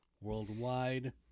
Worldwide